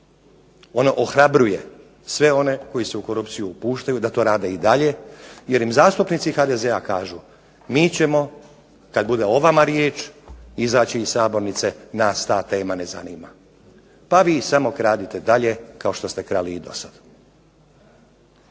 ono ohrabruje sve one koji se u korupciju upuštaju da to rade i dalje jer im zastupnici HDZ-a kažu mi ćemo kad bude o vama riječ izaći iz sabornice, nas ta tema ne zanima pa vi samo kradite dalje kao što ste krali i do sada.